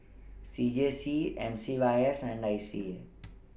C J C M C Y S and I C A